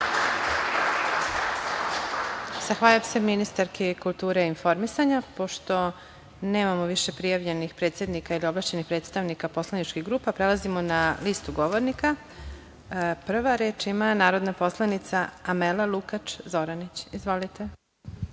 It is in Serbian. Zahvaljujem se ministarki kulture i informisanja. Pošto nemamo više prijavljenih predsednika ili ovlašćenih predstavnika poslaničkih grupa, prelazimo na listu govornika. Prva reč ima narodna poslanica Amela Lukač Zoranić. Izvolite.